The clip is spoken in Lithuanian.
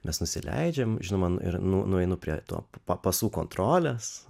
mes nusileidžiam žinoma ir nueinu prie to pasų kontrolės